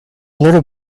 little